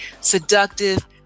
seductive